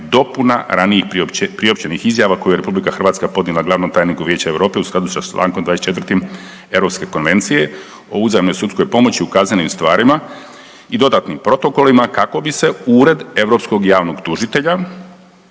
dopuna ranijih priopćenih izjava koje je RH podnijela glavnom tajniku Vijeća Europe u skladu sa čl. 24. Europske konvencije o uzajamnoj sudskoj pomoći u kaznenim stvarima i dodatnim protokolima kako bi se EPPO uz sudove i državna